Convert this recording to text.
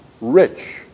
rich